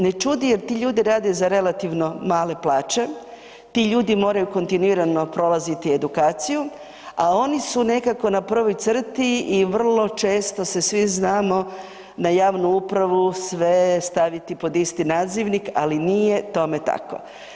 Ne čudi jer ti ljudi rade za relativno male plaće, ti ljudi moraju kontinuirano prolaziti edukaciju a oni su nekako na prvoj crti i vrlo često se svi znamo na javnu upravu sve staviti pod isti nazivnik ali nije tome tako.